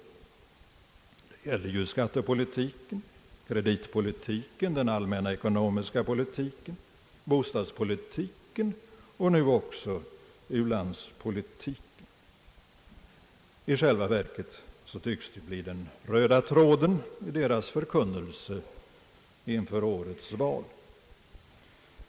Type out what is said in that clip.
Det gäller ju skattepolitiken, kreditpolitiken, den allmänna ekonomiska politiken, bostadspolitiken och nu också u-landspolitiken. I själva verket tycks det bli den röda tråden i deras förkunnelse inför årets val.